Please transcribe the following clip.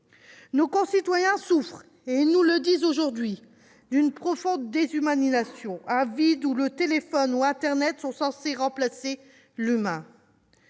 Nos concitoyens souffrent- ils nous le disent aujourd'hui -d'une profonde déshumanisation, d'un vide où le téléphone ou internet sont censés remplacer l'humain.